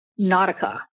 Nautica